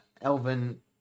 Elvin